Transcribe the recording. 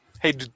hey